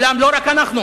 אולם לא רק אנחנו.